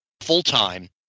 full-time